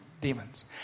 demons